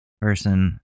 person